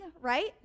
right